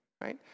right